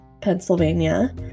Pennsylvania